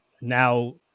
now